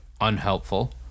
unhelpful